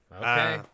Okay